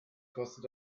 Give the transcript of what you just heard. kostet